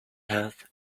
health